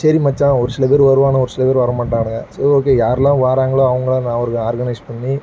சரி மச்சான் ஒரு சில பேர் வருவானுவோ ஒரு சில பேர் வர மாட்டானுங்க சரி ஓகே யாரெல்லாம் வாராங்களோ அவங்கள நான் ஒரு ஆர்கனைஸ் பண்ணி